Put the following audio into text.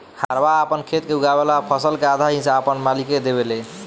हरवाह आपन खेत मे उगावल फसल के आधा हिस्सा आपन मालिक के देवेले